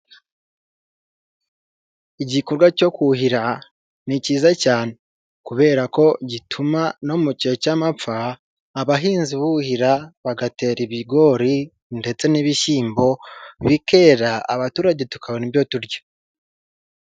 Igikorwa cyo kuhira ni cyiza cyane. Kubera ko gituma no mu gihe cy'amapfa abahinzi buhira bagatera ibigori ndetse n'ibishyimbo, bikera abaturage tukabona ibyo turya.